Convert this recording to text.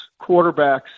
quarterbacks